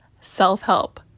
self-help